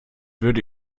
würde